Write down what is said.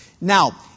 Now